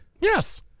Yes